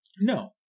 no